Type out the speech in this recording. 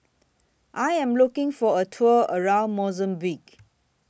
I Am looking For A Tour around Mozambique